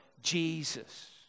Jesus